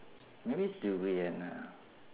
maybe durian lah